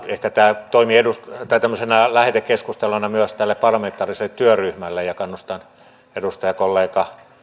ehkä tämä toimii tämmöisenä lähetekeskusteluna myös tälle parlamentaariselle työryhmälle ja ja kannustan edustajakollega